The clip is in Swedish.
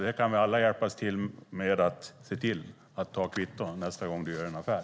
Vi kan alla hjälpa till genom att se till att ta kvitton nästa gång vi gör en affär.